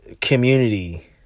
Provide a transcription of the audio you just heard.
community